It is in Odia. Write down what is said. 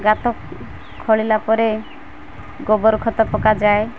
ଗାତ ଖୋଳିଲା ପରେ ଗୋବର ଖତ ପକାଯାଏ